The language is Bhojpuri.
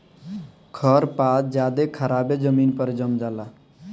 खर पात ज्यादे खराबे जमीन पर जाम जला